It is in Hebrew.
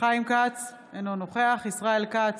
חיים כץ, אינו נוכח ישראל כץ,